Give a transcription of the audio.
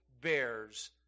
bears